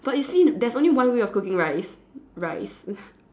but you see there's only one way of cooking rice rice